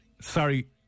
sorry